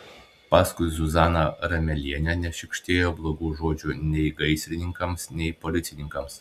paskui zuzana ramelienė nešykštėjo blogų žodžių nei gaisrininkams nei policininkams